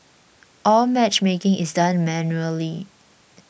all matchmaking is done manually